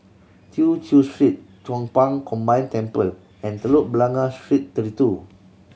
Tew Chew Street Chong Pang Combined Temple and Telok Blangah Street Thirty Two